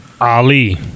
Ali